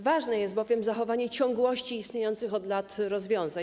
Ważne jest bowiem zachowanie ciągłości istniejących od lat rozwiązań.